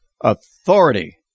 Authority